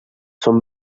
són